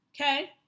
okay